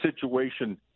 situation